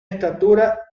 estatura